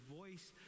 voice